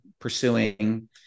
pursuing